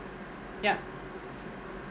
yup